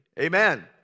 Amen